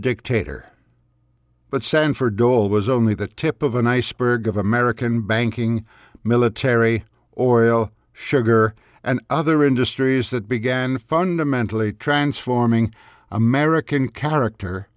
dictator but sanford dole was only the tip of an iceberg of american banking military or oil sugar and other industries that began fundamentally transforming american character